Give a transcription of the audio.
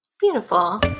Beautiful